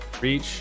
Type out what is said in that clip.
Reach